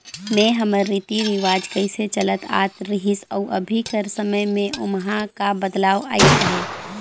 में हमर रीति रिवाज कइसे चलत आत रहिस अउ अभीं कर समे में ओम्हां का बदलाव अइस अहे